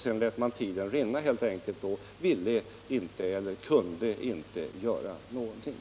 Sedan lät man bara tiden rinna och ville inte eller kunde inte göra någonting.